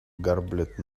garbled